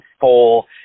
full